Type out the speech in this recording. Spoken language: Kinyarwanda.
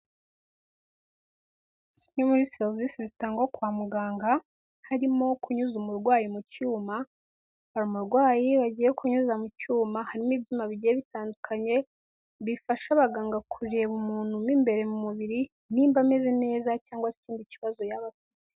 Zimwe muri serivisi zitangwa kwa muganga, harimo kunyuza umurwayi mu cyuma, hari umurwayi bagiye kunyuza mu cyuma, harimo ibyuma bigiye bitandukanye, bifasha abaganga kureba umuntu mu imbere mu mubiri nimba ameze neza cyangwa se ikindi kibazo yaba afite.